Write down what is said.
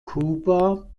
cuba